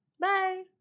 Bye